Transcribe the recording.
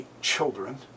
children